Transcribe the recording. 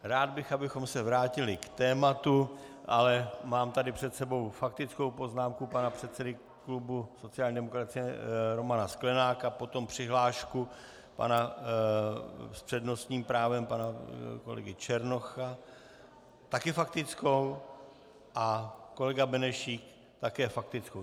Rád bych, abychom se vrátili k tématu, ale mám tady před sebou faktickou poznámku pana předsedy klubu sociální demokracie Romana Sklenáka, potom přihlášku s přednostním právem pana kolegy Černocha také faktickou? a kolega Benešík také faktickou.